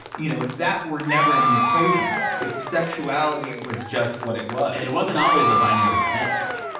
you know, if that were never in the equation if sexuality was just what it was. and it wasn't always a binary thing.